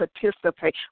participate